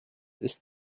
ist